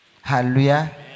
Hallelujah